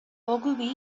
ogilvy